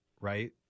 right